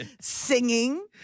Singing